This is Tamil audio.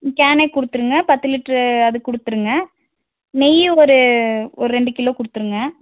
ம் கேனே கொடுத்துருங்க பத்து லிட்ரு அது கொடுத்துருங்க நெய்யும் ஒரு ஒரு ரெண்டு கிலோ கொடுத்துருங்க